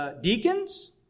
deacons